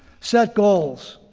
set goals.